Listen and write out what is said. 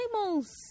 animals